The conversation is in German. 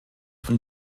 von